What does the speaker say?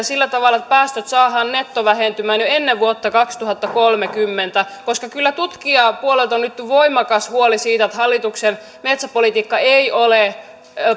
sillä tavalla että päästöt saadaan nettovähentymään jo ennen vuotta kaksituhattakolmekymmentä kyllä tutkijapuolelta on nyt voimakas huoli siitä että hallituksen metsäpolitiikka ei ole